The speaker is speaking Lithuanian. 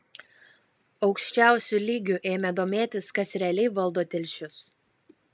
aukščiausiu lygiu ėmė domėtis kas realiai valdo telšius